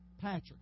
Patrick